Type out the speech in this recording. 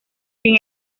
sin